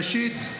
ראשית,